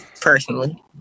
personally